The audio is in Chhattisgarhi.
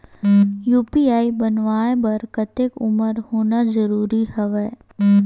यू.पी.आई बनवाय बर कतेक उमर होना जरूरी हवय?